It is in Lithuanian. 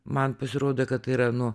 man pasirodė kad yra nu